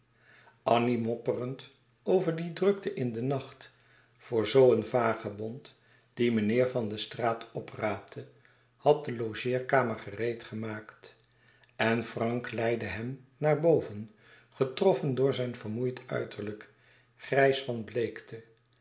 annie mopperend over die drukte in den nacht voor zoo een vagebond dien meneer van de straat opraapte had de logeerkamer gereed gemaakt en frank leidde hem naar boven getroffen door zijn vermoeid uiterlijk grijs van bleekte